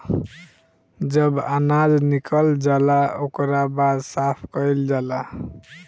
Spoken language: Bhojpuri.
जब अनाज निकल जाला ओकरा बाद साफ़ कईल जाला